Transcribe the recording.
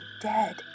dead